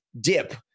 dip